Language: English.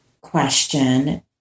question